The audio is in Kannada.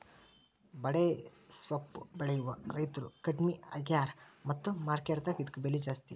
ಬಡೆಸ್ವಪ್ಪು ಬೆಳೆಯುವ ರೈತ್ರು ಕಡ್ಮಿ ಆಗ್ಯಾರ ಮತ್ತ ಮಾರ್ಕೆಟ್ ದಾಗ ಇದ್ಕ ಬೆಲೆ ಜಾಸ್ತಿ